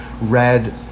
red